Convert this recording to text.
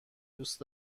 دوست